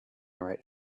write